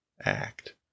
act